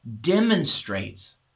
demonstrates